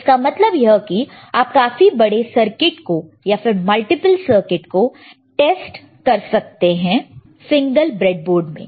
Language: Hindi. इसका मतलब यह कि आप काफी बड़े सर्किट को या फिर मल्टीपल सर्किट को टेस्ट कर सकते है सिंगल ब्रेडबोर्ड में